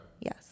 Yes